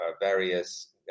various